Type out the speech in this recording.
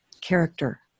character